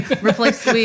replace